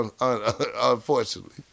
unfortunately